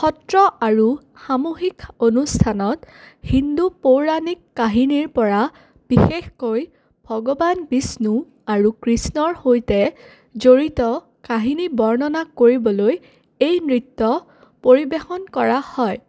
সত্ৰ আৰু সামূহিক অনুষ্ঠানত হিন্দু পৌৰাণিক কাহিনীৰ পৰা বিশেষকৈ ভগৱান বিষ্ণু আৰু কৃষ্ণৰ সৈতে জড়িত কাহিনী বৰ্ণনা কৰিবলৈ এই নৃত্য পৰিৱেশন কৰা হয়